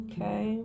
Okay